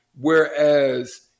Whereas